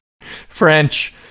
French